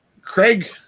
Craig